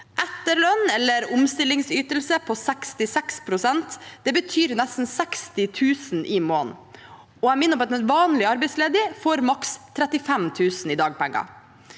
Etterlønn eller omstillingsytelse på 66 pst. betyr nesten 60 000 kr i måneden. Jeg minner om at en vanlig arbeidsledig får maks 35 000 kr i dagpenger.